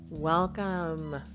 welcome